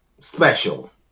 special